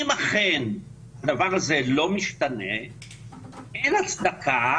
אם אכן הדבר הזה לא משתנה אין הצדקה